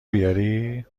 بیاری